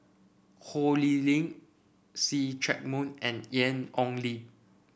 Ho Lee Ling See Chak Mun and Ian Ong Li